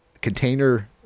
container